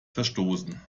verstoßen